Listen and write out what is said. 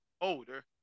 older